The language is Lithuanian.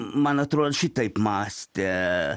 man atrodo šitaip mąstė